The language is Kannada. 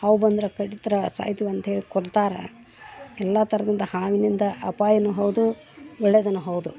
ಹಾವು ಬಂದ್ರೆ ಕಡಿದ್ರೆ ಸಾಯ್ತೀವಂತ ಹೇಳಿ ಕೊಲ್ತಾರೆ ಎಲ್ಲ ಥರದಿಂದ ಹಾವಿನಿಂದ ಅಪಾಯವೂ ಹೌದು ಒಳ್ಳೆದೂ ಹೌದು